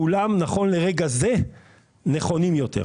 כולם לרגע זה נכונים יותר.